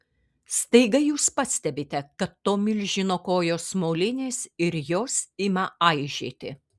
staiga jūs pastebite kad to milžino kojos molinės ir jos ima aižėti